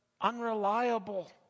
unreliable